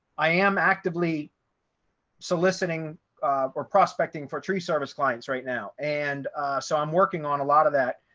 i am actively soliciting or prospecting for tree service clients right now. and so i'm working on a lot of that,